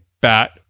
bat